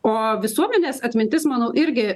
o visuomenės atmintis manau irgi